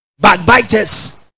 Backbiters